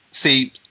see